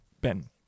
Ben